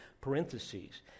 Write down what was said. parentheses